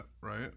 right